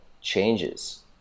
changes